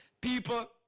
People